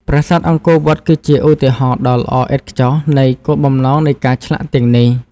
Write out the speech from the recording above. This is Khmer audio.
ប្រាសាទអង្គរវត្តគឺជាឧទាហរណ៍ដ៏ល្អឥតខ្ចោះនៃគោលបំណងនៃការឆ្លាក់ទាំងនេះ។